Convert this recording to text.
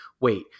wait